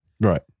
Right